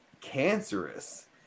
cancerous